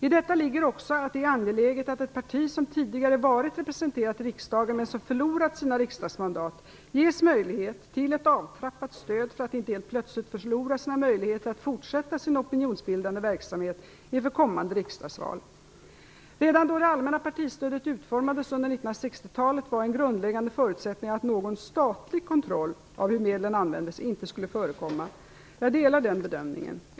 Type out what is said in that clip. I detta ligger också att det är angeläget att ett parti som tidigare varit representerat i riksdagen, men som förlorar sina riksdagsmandat, ges möjlighet till ett avtrappat stöd för att inte helt plötsligt förlora sina möjligheter att fortsätta sin opinionsbildande verksamhet inför kommande riksdagsval. Redan då det allmänna partistödet utformades under 1960-talet var en grundläggande förutsättning att någon statlig kontroll av hur medlen användes inte skulle förekomma. Jag delar den bedömningen.